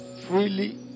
Freely